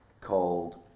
called